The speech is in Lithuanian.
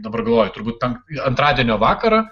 dabar galvoju turbūt an antradienio vakarą